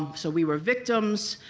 so we were victims,